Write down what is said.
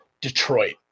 detroit